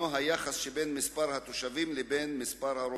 היחס שבין מספר התושבים לבין מספר הרופאים.